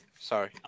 Sorry